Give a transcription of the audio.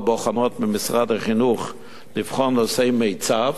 בוחנות ממשרד החינוך לבחינות מיצ"ב,